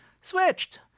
Switched